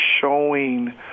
showing